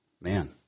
man